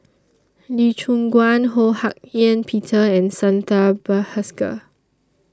Lee Choon Guan Ho Hak Ean Peter and Santha Bhaskar